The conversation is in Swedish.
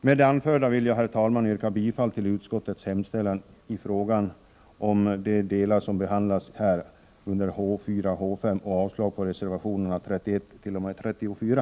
Med det anförda vill jag, herr talman, yrka bifall till utskottets hemställan vad avser berörda delar av avsnitten H 4 och H 5 i propositionen och avslag på reservationerna 31-34.